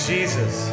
Jesus